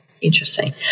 interesting